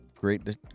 Great